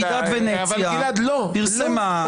ועידת ונציה פרסמה,